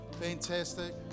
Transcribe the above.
Fantastic